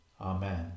Amen